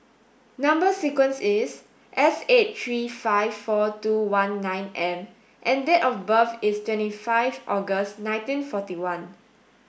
number sequence is S eight three five four two one nine M and date of birth is twenty five August nineteen forty one